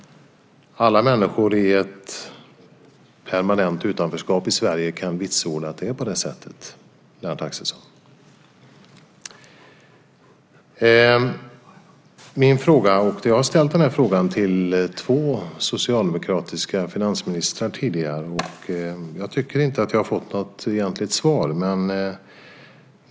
Alla människor i ett permanent utanförskap kan vitsorda att det är på det sättet, Lennart Axelsson. Den fråga jag vill ställa har jag även ställt till två tidigare socialdemokratiska finansministrar, och jag tycker inte att jag fått något egentligt svar.